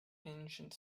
ancient